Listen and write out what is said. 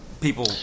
people